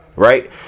right